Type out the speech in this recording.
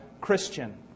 Christian